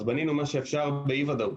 אז בנינו מה שאפשר באי ודאות,